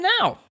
now